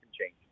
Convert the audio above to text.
change